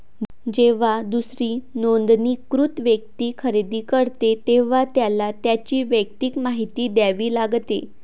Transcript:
जेव्हा दुसरी नोंदणीकृत व्यक्ती खरेदी करते, तेव्हा त्याला त्याची वैयक्तिक माहिती द्यावी लागते